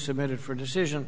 submitted for decision